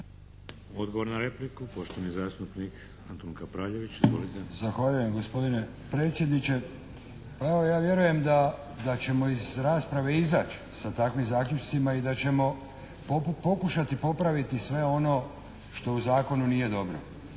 Odgovor na repliku, poštovani zastupnik Antun Kapraljević, izvolite. **Kapraljević, Antun (HNS)** Zahvaljujem gospodine predsjedniče. Pa evo ja vjerujem da ćemo iz rasprave izaći sa takvim zaključcima i da ćemo pokušati popraviti sve ono što u zakonu nije dobro.